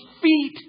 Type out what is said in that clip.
feet